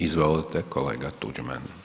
Izvolite kolega Tuđman.